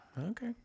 Okay